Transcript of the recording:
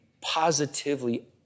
positively